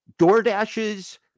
DoorDash's